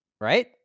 Right